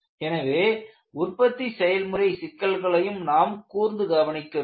எனவே உற்பத்தி செயல்முறை சிக்கல்களையும் நாம் கூர்ந்து கவனிக்க வேண்டும்